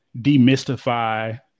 demystify